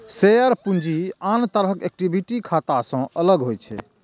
share पूंजी आन तरहक इक्विटी खाता सं अलग होइ छै